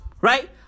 right